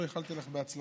אני לא איחלתי לך בהצלחה,